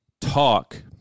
talk